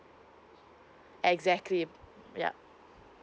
exactly yup